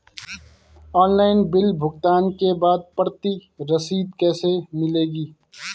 Online bill भुगतान के बाद प्रति रसीद कैसे मिलेगी?